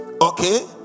okay